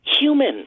human